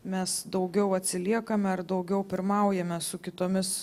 mes daugiau atsiliekame ar daugiau pirmaujame su kitomis